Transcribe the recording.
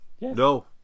no